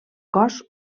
cos